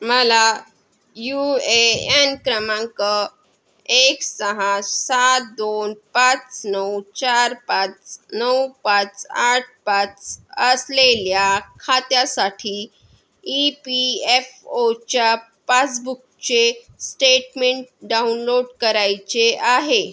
मला U A N क्रमांक एक सहा सात दोन पाच नऊ चार पाच नऊ पाच आठ पाच असलेल्या खात्यासाठी ई पी एफ ओच्या पासबुकचे स्टेटमेंट डाउनलोड करायचे आहे